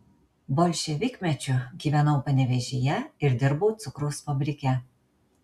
bolševikmečiu gyvenau panevėžyje ir dirbau cukraus fabrike